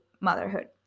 motherhood